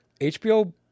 HBO